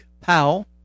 Powell